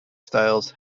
styles